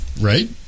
Right